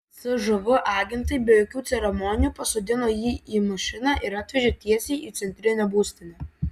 cžv agentai be jokių ceremonijų pasodino jį į mašiną ir atvežė tiesiai į centrinę būstinę